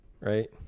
Right